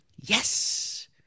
yes